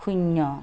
শূন্য